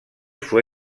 fue